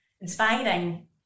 inspiring